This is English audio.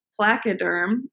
placoderm